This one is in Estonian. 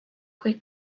kui